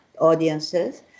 audiences